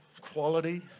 quality